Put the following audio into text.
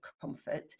comfort